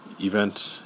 event